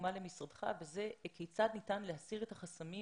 תרומה למשרדך וזה כיצד ניתן להסיר את החסמים